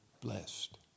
blessed